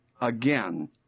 again